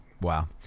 wow